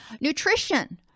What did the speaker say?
Nutrition